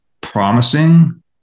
promising